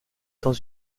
dans